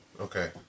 Okay